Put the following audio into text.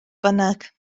bynnag